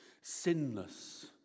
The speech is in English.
sinless